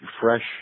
fresh